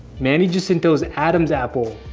manny jacinto's adam's apple.